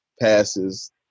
passes